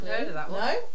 No